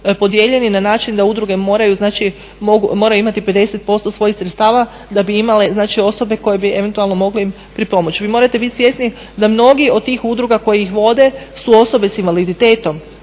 na način da udruge moraju, znači moraju imati 50% svojih sredstava da bi imale znači osobe koje bi eventualno mogle im pripomoći. Vi morate biti svjesni da mnogi od tih udruga koje ih vode su osobe sa invaliditetom,